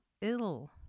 ill